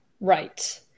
Right